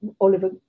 Oliver